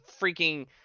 freaking